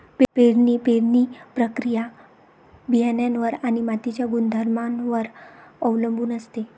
पेरणीची पेरणी प्रक्रिया बियाणांवर आणि मातीच्या गुणधर्मांवर अवलंबून असते